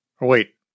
Wait